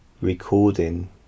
recording